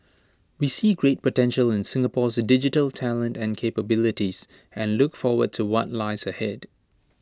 we see great potential in Singapore's digital talent and capabilities and look forward to what lies ahead